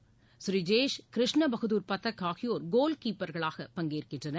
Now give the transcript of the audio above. B R Sreejesh Krishna Bahadur Pathak ஆகியோர் goal கீப்பர்களாக பங்கேற்கின்றனர்